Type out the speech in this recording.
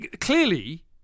clearly